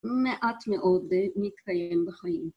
מעט מאוד נדכאים הם בחיים.